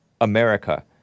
America